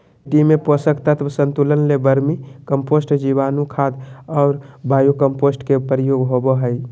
मिट्टी में पोषक तत्व संतुलन ले वर्मी कम्पोस्ट, जीवाणुखाद और बायो कम्पोस्ट के प्रयोग होबो हइ